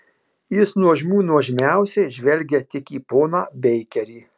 jis nuožmių nuožmiausiai žvelgia tik į poną beikerį